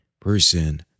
person